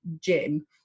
gym